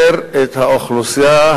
והרבה תחמושת,